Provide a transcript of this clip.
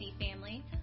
family